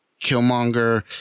Killmonger